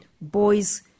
Boys